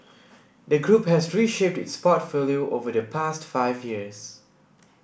the group has reshaped its portfolio over the past five years